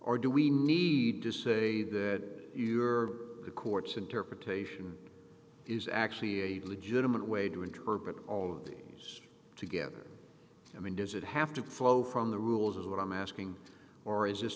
or do we need to say that you are the court's interpretation is actually a legitimate way to interpret all of these together i mean does it have to follow from the rules is what i'm asking or is this